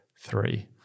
three